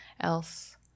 else